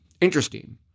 interesting